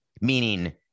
meaning